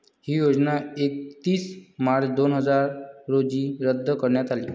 ही योजना एकतीस मार्च दोन हजार रोजी रद्द करण्यात आली